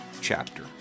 chapter